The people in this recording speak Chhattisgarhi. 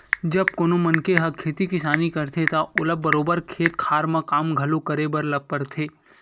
जब कोनो मनखे ह खेती किसानी करथे त ओला बरोबर खेत खार म काम घलो करे बर परथे